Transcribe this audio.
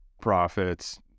profits